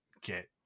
get